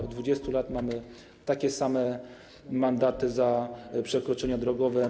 Od 20 lat mamy takie same mandaty za przekroczenia drogowe.